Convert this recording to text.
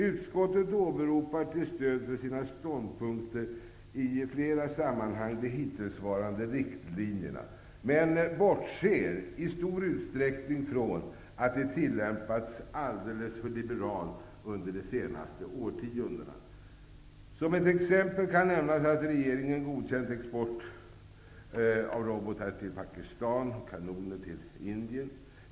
Utskottet åberopar till stöd för sina ståndpunkter i flera sammanhang de hittillsvarande riktlinjerna, men bortser i stor utsträckning från att de har tillämpats alldeles för liberalt under de senaste årtiondena. Som ett exempel kan nämnas att regeringen godkänt export av robotar till Pakistan och kanoner till Indien.